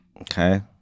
Okay